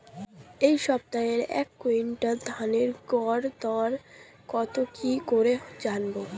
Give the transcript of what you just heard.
এই সপ্তাহের এক কুইন্টাল ধানের গর দর কত কি করে জানবো?